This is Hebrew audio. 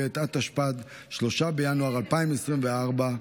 התשפ"ג 2023,